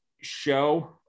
show